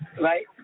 right